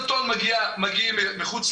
כ-18 טון מגיעים מחו"ל